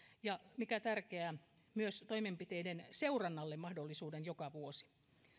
ja mikä tärkeää myös toimenpiteiden seurannalle mahdollisuuden joka vuosi